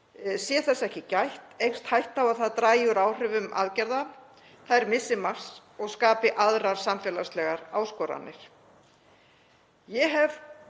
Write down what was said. Sé þess ekki gætt eykst hætta á að það dragi úr áhrifum aðgerða, þær missi marks og skapi jafn vel aðrar samfélagslegar áskoranir.“ Ég hef